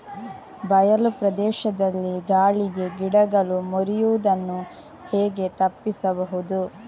ಬಯಲು ಪ್ರದೇಶದಲ್ಲಿ ಗಾಳಿಗೆ ಗಿಡಗಳು ಮುರಿಯುದನ್ನು ಹೇಗೆ ತಪ್ಪಿಸಬಹುದು?